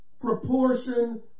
proportion